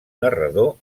narrador